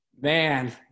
Man